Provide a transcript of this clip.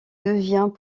devient